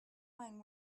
mind